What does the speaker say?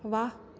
ਵਾਹ